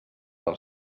del